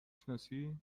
شناسی